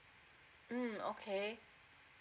mm okay